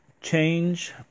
Change